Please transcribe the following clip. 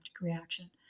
reaction